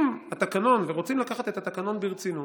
אם רוצים לקחת את התקנון ברצינות,